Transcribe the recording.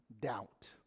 doubt